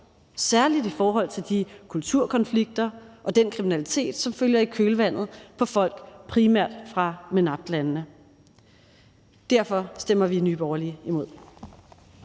særlig i forhold til de kulturkonflikter og den kriminalitet, som følger i kølvandet på folk fra primært MENAPT-landene. Derfor stemmer vi i Nye Borgerlige imod.